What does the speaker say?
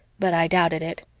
but i doubted it.